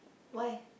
why